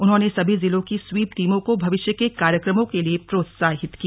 उन्होंने सभी जिलों की स्वीप टीमों को भविष्य के कार्यक्रमों के लिए प्रोत्साहित किया